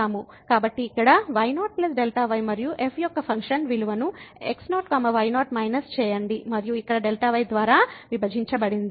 కాబట్టి ఇక్కడ y0 Δy మరియు f యొక్క ఫంక్షన్ విలువను x0 y0 మైనస్ చేయండి మరియు ఇక్కడ Δy ద్వారా విభజించబడింది